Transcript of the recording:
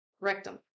Rectum